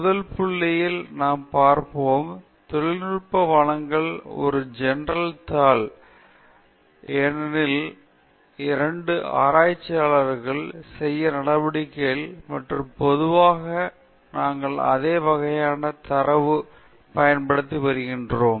எனவே முதல் புள்ளியில் நாம் பார்ப்போம் தொழில்நுட்ப வழங்கல் ஒரு ஜௌர்னல் தாள் ஏனெனில் இந்த இரண்டு ஆராய்ச்சியாளர்கள் செய்ய நடவடிக்கைகள் மற்றும் பொதுவாக நாங்கள் அதே வகையான தரவு பயன்படுத்தி வருகிறோம்